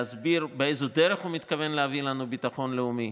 להסביר באיזו דרך הוא מתכוון להביא לנו ביטחון לאומי,